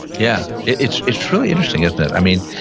yeah. it's it's truly interesting, isn't it? i mean,